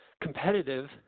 competitive